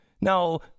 Now